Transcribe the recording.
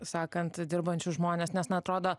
sakant dirbančius žmones nes na atrodo